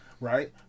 right